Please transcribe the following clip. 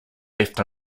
left